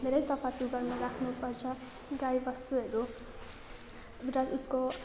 धेरै सफासुघरमा राख्नुपर्छ गाईबस्तुहरू उसको